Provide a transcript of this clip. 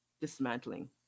dismantling